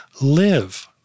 live